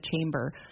chamber